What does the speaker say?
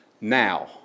now